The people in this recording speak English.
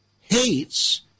hates